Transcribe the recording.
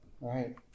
right